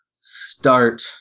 start